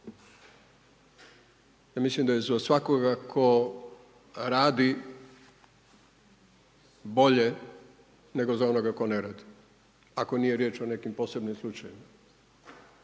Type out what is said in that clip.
Ja mislim da je za svakoga tko radi bolje nego za onoga tko ne radi, ako nije riječ o nekim posebnim slučajevima.